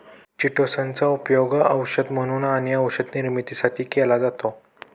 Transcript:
chitosan चा उपयोग औषध म्हणून आणि औषध निर्मितीसाठी केला जातो